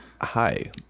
hi